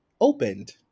opened